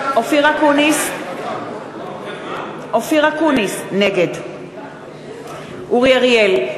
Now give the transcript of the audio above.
אקוניס, נגד אורי אריאל,